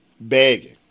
Begging